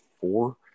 four